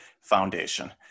Foundation